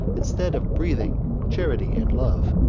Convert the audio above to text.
instead of breathing charity and love,